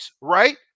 right